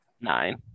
Nine